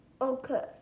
Okay